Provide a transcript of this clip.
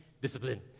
discipline